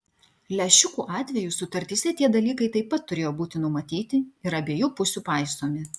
lęšiukų atveju sutartyse tie dalykai taip pat turėjo būti numatyti ir abiejų pusių paisomi